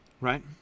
right